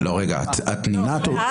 1 בעד, 9 נגד, 1